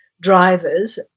drivers